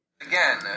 again